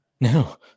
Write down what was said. No